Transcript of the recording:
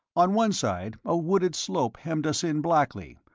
on one side a wooded slope hemmed us in blackly,